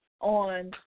on